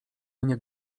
mnie